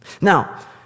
Now